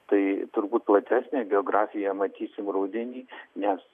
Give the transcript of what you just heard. tai turbūt platesnę geografiją matysim rudenį nes